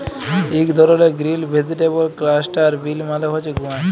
ইক ধরলের grill vegetable cluster বিল মালে হছে গুয়ার